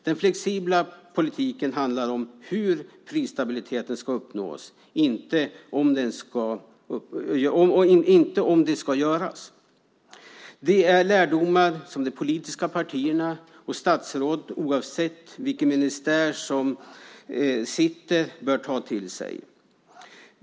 Den flexibla politiken handlar om hur prisstabiliteten ska uppnås och inte om det ska göras. Det är lärdomar som de politiska partierna och statsråden, oavsett vilken ministär som sitter, bör ta till sig.